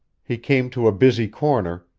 he came to a busy corner,